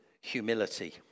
humility